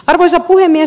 arvoisa puhemies